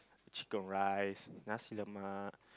chicken-rice Nasi-Lemak